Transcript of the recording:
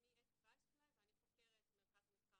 שמי אתי וייסבלאי ואני חוקרת מרכז המחקר